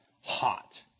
hot